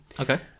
Okay